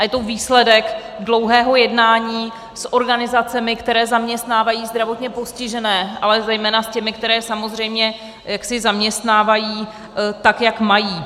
Je to výsledek dlouhého jednání s organizacemi, které zaměstnávají zdravotně postižené, ale zejména s těmi, které samozřejmě zaměstnávají tak, jak mají.